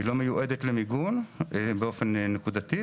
היא לא מיועדת למיגון באופן נקודתי,